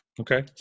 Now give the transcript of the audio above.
Okay